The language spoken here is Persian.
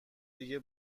دیگه